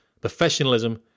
professionalism